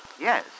Yes